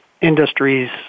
industries